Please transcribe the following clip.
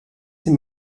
sie